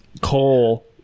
coal